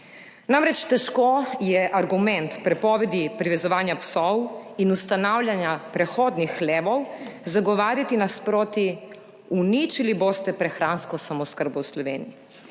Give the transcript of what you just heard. Namreč, težko je argument prepovedi privezovanja psov in ustanavljanja prehodnih hlevov zagovarjati nasproti »uničili boste prehransko samooskrbo v Sloveniji«.